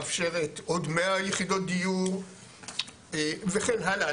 מאפשרת עוד 100 יחידות דיור וכן הלאה.